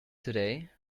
today